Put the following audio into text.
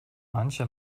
manche